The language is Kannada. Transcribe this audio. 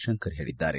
ಶಂಕರ್ ಹೇಳಿದ್ದಾರೆ